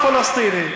הפלסטיני.